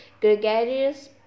gregarious